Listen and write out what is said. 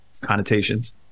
connotations